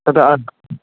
तथा